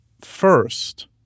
first